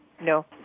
no